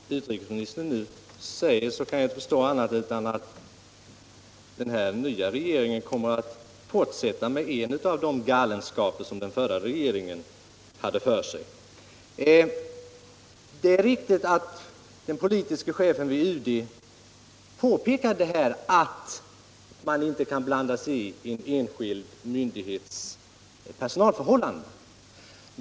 Herr talman! Vad utrikesministern nu sagt kan jag inte tolka på annat sätt än att den här nya regeringen kommer att fortsätta med en av de galenskaper som den förra gjorde sig skyldig till. Det är riktigt att den politiske chefen vid UD påpekat att man inte kan blanda sig i en enskild myndighets personalförhållanden.